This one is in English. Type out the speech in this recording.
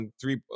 three